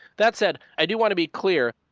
that said, i do want to be clear.